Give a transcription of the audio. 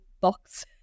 box